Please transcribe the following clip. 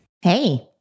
Hey